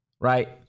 right